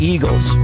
Eagles